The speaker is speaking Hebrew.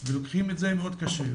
מאוד ולוקחים את זה מאוד קשה.